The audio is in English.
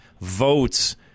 votes